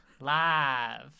Live